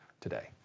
today